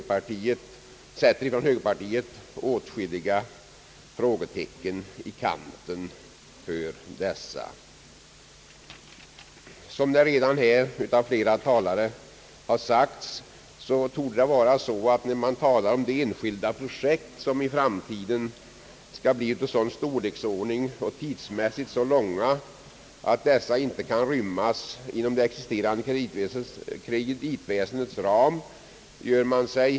Vi sätter särskilt inom högerpartiet åtskilliga frågetecken i kanten för denna redovisning. Såsom har framhållits av flera tidigare talare gör man sig i väsentlig grad skyldig till överdrifter när man talar om att enskilda projekt i framtiden skulle bli av sådan storleksordning och tidsmässigt så långa att de inte kan rymmas inom det existerande kreditväsendets ram.